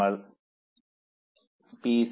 നമ്മൾ പി